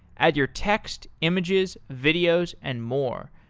add your text, images, videos and more.